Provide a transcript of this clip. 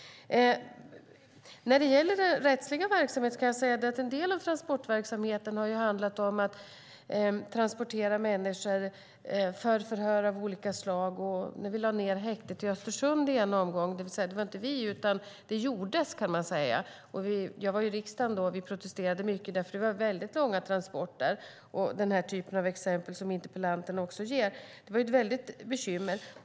När det gäller den rättsliga verksamheten kan jag säga att en del av transportverksamheten har handlat om att transportera människor till förhör av olika slag. När häktet i Östersund lades ned - jag var i riksdagen då - protesterade vi mycket därför att det blev väldigt långa transporter. Interpellanten ger liknande exempel. Det var ett väldigt bekymmer.